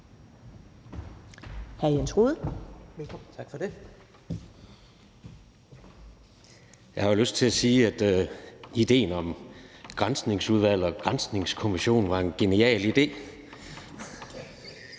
Jeg har jo lyst til at sige, at idéen om et Granskningsudvalg og en granskningskommission var en genial idé.